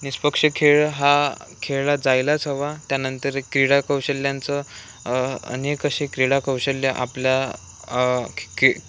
निष्पक्ष खेळ हा खेळला जायलाच हवा त्यानंतर क्रीडा कौशल्यांचं अनेक असे क्रीडा कौशल्य आपला की